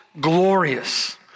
glorious